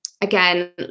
again